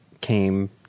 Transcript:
came